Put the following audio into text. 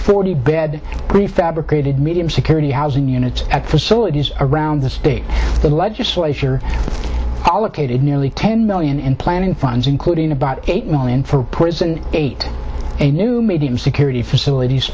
forty bed prefabricated medium security housing units at facilities around the state legislature all updated nearly ten million in planning funds including about eight million for prison eight a new medium security facilit